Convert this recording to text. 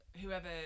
whoever